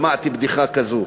שמעתי בדיחה כזו: